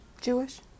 Jewish